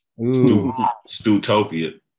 Stutopia